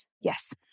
Yes